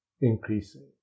increasing